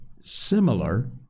similar